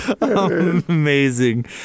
Amazing